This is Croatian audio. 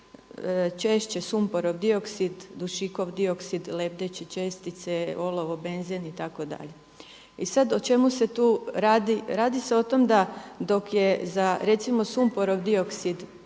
najčešće sumporov dioksid, dušikov dioksid, lebdeće čestice, olovo, benzin itd.. I sada o čemu se tu radi? Radi se o tome da dok je za recimo sumporov dioksid